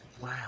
Wow